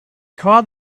called